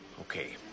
Okay